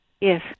Yes